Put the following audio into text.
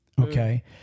Okay